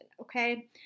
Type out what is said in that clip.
okay